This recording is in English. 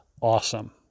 Awesome